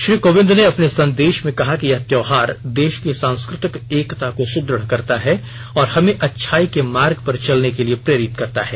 श्री कोविंद ने अपने संदेश में कहा कि यह त्यौहार देश की सांस्कृतिक एकता को सुद्रढ़ करता है और हमें अच्छाई के मार्ग पर चलने के लिए प्रेरित करता है